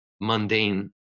mundane